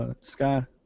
sky